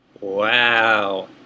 Wow